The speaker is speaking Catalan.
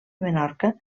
menorca